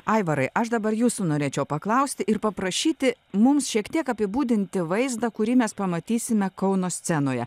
aivarai aš dabar jūsų norėčiau paklausti ir paprašyti mums šiek tiek apibūdinti vaizdą kurį mes pamatysime kauno scenoje